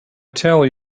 tell